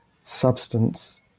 substance